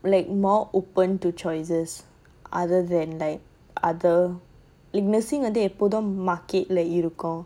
like more open to choices other than like other in nursing வந்துஎப்பயும்:vandhu epayum market leh need to call